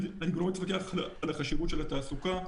אני גם לא מתווכח על החשיבות של התעסוקה.